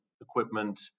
equipment